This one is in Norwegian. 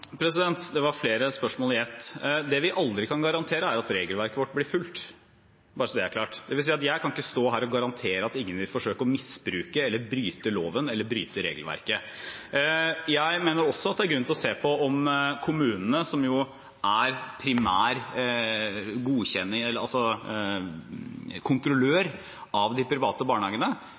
Det var flere spørsmål i ett. Det vi aldri kan garantere, er at regelverket vårt blir fulgt, bare så det er klart. Det vil si at jeg ikke kan stå her og garantere at ingen vil forsøke å misbruke eller bryte loven eller bryte regelverket. Jeg mener også at det er grunn til å se på om kommunene – som jo er primærkontrollør av de private barnehagene – bruker den myndigheten og det ansvaret de